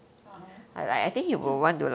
(uh huh)